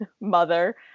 mother